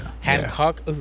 Hancock